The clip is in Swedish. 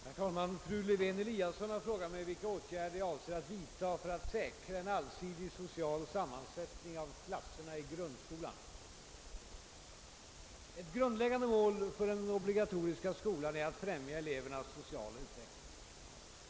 Herr talman! Fru Lewén-Eliasson har frågat mig vilka åtgärder jag avser att vidtaga för att säkra en allsidig social sammansättning av klasserna i grundskolan. Ett grundläggande mål för den obligatoriska skolan är att främja elevernas sociala utveckling.